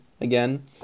again